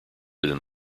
within